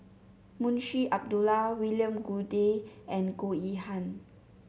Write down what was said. Munshi Abdullah William Goode and Goh Yihan